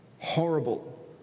horrible